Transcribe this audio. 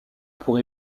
pour